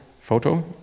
photo